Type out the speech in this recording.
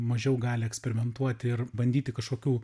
mažiau gali eksperimentuoti ir bandyti kažkokių